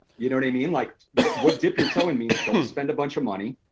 you know and i mean like but what dip your toe in means don't spend a bunch of money,